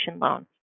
loans